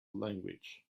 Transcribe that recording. language